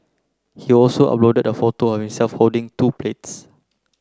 he also uploaded a photo of himself holding two plates